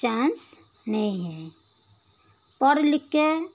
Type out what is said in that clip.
chance नहीं है पढ़ लिखकर